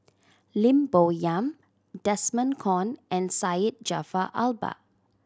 Lim Bo Yam Desmond Kon and Syed Jaafar Albar